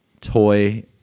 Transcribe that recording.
toy